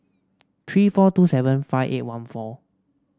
three four two seven five eight one four